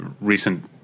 recent